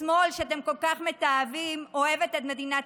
השמאל שאתם כל כך מתעבים אוהב את מדינת